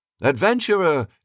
Adventurer